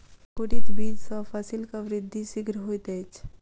अंकुरित बीज सॅ फसीलक वृद्धि शीघ्र होइत अछि